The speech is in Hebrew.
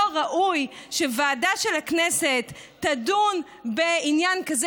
לא ראוי שוועדה של הכנסת תדון בעניין כזה